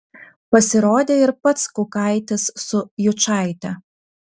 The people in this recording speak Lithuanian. pasirodė ir pats kukaitis su jučaite